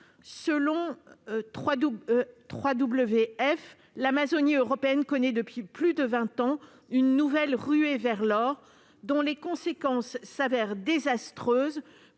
Selon le WWF, l'Amazonie européenne connaît, depuis plus de vingt ans, une nouvelle ruée vers l'or, dont les conséquences se révèlent désastreuses